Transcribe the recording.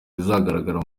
bizagaragara